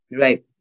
Right